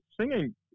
singing